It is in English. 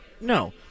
no